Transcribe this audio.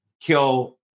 kill